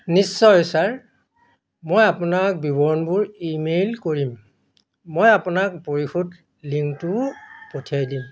নিশ্চয় ছাৰ মই আপোনাক বিৱৰণবোৰ ইমেইল কৰিম মই আপোনাক পৰিশোধ লিংকটোও পঠিয়াই দিম